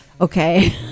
Okay